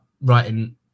writing